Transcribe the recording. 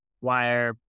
wire